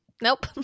nope